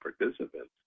participants